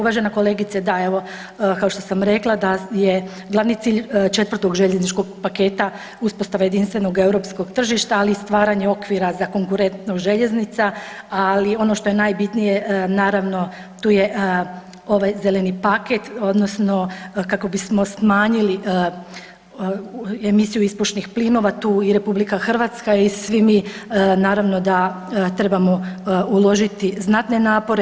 Uvažena kolegice, da evo kao što sam rekla da je glavni cilj 4. željezničkog paketa uspostava jedinstvenog europskog tržišta, ali i stvaranje okvira za konkurentnost željeznica, ali ono što je najbitnije naravno tu je ovaj zeleni paket odnosno kako bismo smanjili emisiju ispušnih plinova tu i RH i svi mi naravno da trebamo uložiti znatne napore.